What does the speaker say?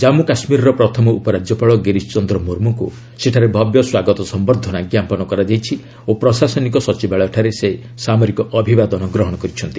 ଜନ୍ମୁ କାଶ୍ମୀରର ପ୍ରଥମ ଉପରାଜ୍ୟପାଳ ଗିରୀଶ ଚନ୍ଦ୍ର ମୁର୍ମୁଙ୍କୁ ସେଠାରେ ଭବ୍ୟ ସ୍ୱାଗତ ସମ୍ଭର୍ଦ୍ଧନା ଜ୍ଞାପନ କରାଯାଇଛି ଓ ପ୍ରଶାସିନକ ସଚିବାଳୟଠାରେ ସେ ସାମରିକ ଅଭିବାଦନ ଗ୍ରହଣ କରିଛନ୍ତି